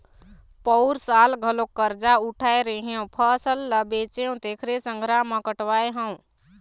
पउर साल घलोक करजा उठाय रेहेंव, फसल ल बेचेंव तेखरे संघरा म कटवाय हँव